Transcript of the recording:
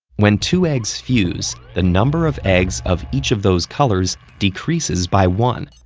when two eggs fuse, the number of eggs of each of those colors decreases by one,